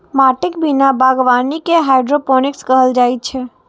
माटिक बिना बागवानी कें हाइड्रोपोनिक्स कहल जाइ छै